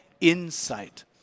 insight